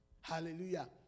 Hallelujah